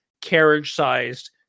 carriage-sized